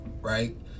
Right